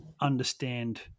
understand